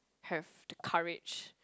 have the courage